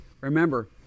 Remember